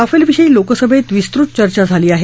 Rafale विषयी लोकसभेत विस्तृत चर्चा झाली आहे